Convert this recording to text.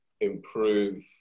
improve